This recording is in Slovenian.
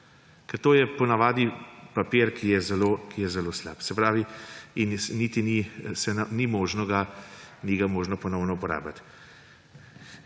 to je po navadi papir, ki je zelo slab in ga niti ni možno ponovno uporabiti.